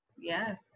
yes